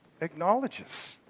acknowledges